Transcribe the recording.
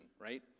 right